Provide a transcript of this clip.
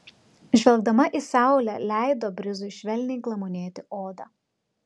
žvelgdama į saulę leido brizui švelniai glamonėti odą